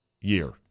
year